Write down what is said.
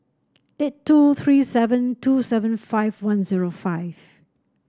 eight two three seven two seven five one zero five